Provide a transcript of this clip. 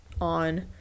on